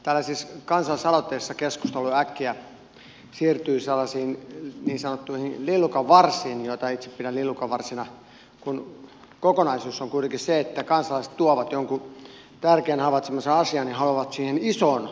tällaisissa kansalaisaloitteissa keskustelu äkkiä siirtyy sellaisiin niin sanottuihin lillukanvarsiin joita itse pidän lillukanvarsina kun kokonaisuus on kuitenkin se että kansalaiset tuovat jonkun tärkeäksi havaitsemansa asian ja haluavat siihen isoon kuvaan muutosta